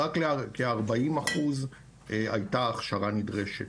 רק לכ-40% הייתה הכשרה נדרשת.